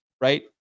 right